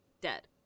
dead